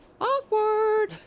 awkward